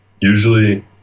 usually